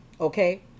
Okay